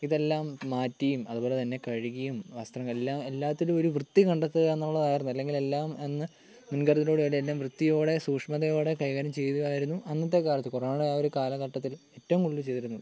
ഇതെല്ലം മാറ്റിയും അതുപോലെ തന്നെ കഴുകിയും വസ്ത്രമെല്ലാം എല്ലാത്തിലും ഒരു വൃത്തി കണ്ടെത്തുക എന്നുള്ളതായിരുന്നു അല്ലെങ്കിൽ എല്ലാം എന്ന് മുൻകരുതലോടെ എല്ലാം വൃത്തിയോടെ സൂഷ്മതയോടെ കൈകാര്യം ചെയ്തതായിരുന്നു അന്നത്തെ കാലത്ത് കൊറോണ ആ ഒരു കാലഘട്ടത്തില് ഏറ്റവും കൂടുതൽ ചെയ്തിരുന്നത്